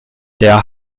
der